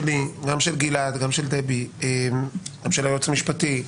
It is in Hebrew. שלי, של גלעד, של דבי, גם של היועץ המשפטי.